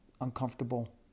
uncomfortable